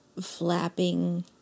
flapping